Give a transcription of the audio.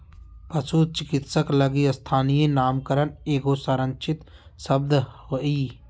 पशु चिकित्सक लगी स्थानीय नामकरण एगो संरक्षित शब्द हइ